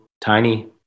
tiny